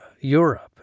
Europe